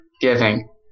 giving